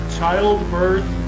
childbirth